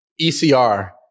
ECR